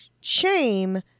shame